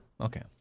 Okay